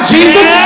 Jesus